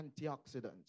antioxidants